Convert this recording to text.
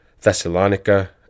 Thessalonica